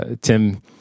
Tim